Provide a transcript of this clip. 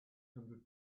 hundred